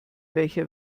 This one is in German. welcher